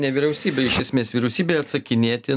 ne vyriausybė iš esmės vyriausybė atsakinėti